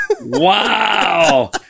Wow